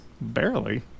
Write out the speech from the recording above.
barely